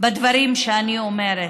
בדברים שאני אומרת,